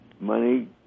money